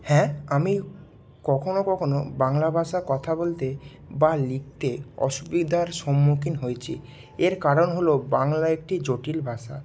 হ্যাঁ আমি কখনও কখনও বাংলা ভাষা কথা বলতে বা লিখতে অসুবিধার সম্মুখীন হয়েছি এর কারণ হল বাংলা একটি জটিল ভাষা